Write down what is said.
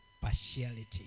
Partiality